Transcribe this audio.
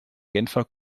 genfer